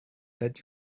that